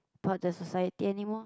about the society anymore